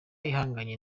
ihanganye